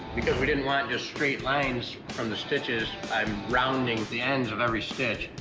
because we didn't want just straight lines from the stitches, i'm rounding the ends of every stitch.